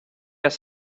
ass